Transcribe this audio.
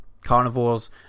carnivores